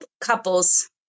couples